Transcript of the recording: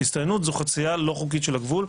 הסתננות זו חצייה לא חוקית של הגבול,